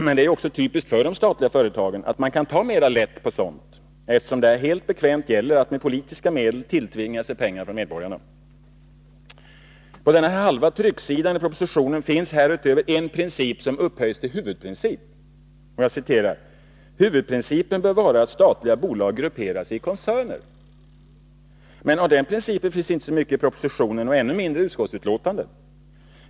Men det är också typiskt för de statliga företagen att de kan ta mer lätt på sådant, eftersom det här helt bekvämt gäller att med politiska medel tilltvinga sig pengar från medborgarna. På denna halva trycksida i propositionen finns härutöver en princip som "upphöjs till ”huvudprincip”. Den lyder: ”Huvudprincipen bör vara att statliga bolag grupperas i koncerner.” Men av denna princip finns inte så mycket i propositionen och ännu mindre i utskottsbetänkandet.